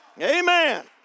Amen